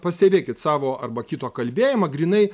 pastebėkit savo arba kito kalbėjimą grynai